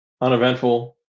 uneventful